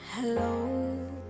Hello